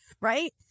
right